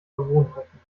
gewohnheiten